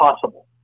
possible